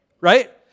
Right